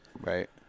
Right